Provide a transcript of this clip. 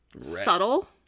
subtle